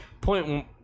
point